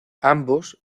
ambos